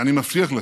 שאני מבטיח לך,